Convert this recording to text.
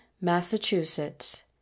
Massachusetts